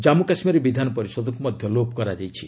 ଜାନ୍ପୁ କାଶ୍ମୀର ବିଧାନ ପରିଷଦକୁ ମଧ୍ୟ ଲୋପ କରାଯାଇଛି